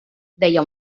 deia